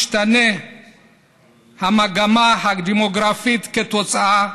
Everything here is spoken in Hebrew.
השתנתה המגמה הדמוגרפית כתוצאה